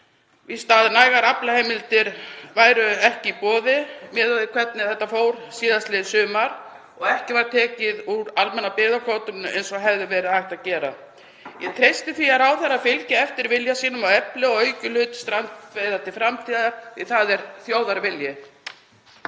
fyrst nægar aflaheimildir væru ekki í boði miðað við hvernig þetta fór síðastliðið sumar og ekki var tekið úr almenna byggðakvótanum eins og hefði verið hægt að gera. Ég treysti því að ráðherrann fylgi eftir vilja sínum og efli og auki hlut strandveiða til framtíðar því það er þjóðarvilji.